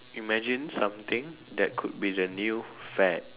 imagine something that could be the new fad